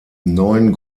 neuen